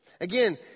Again